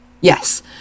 Yes